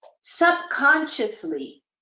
subconsciously